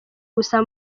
gusa